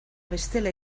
bestela